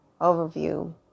Overview